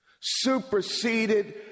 superseded